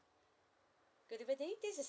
good evening this is